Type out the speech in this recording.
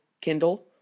Kindle